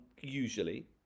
usually